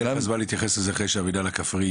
יהיה לך זמן להתייחס לזה אחרי המינהל הכפרי.